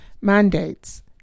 mandates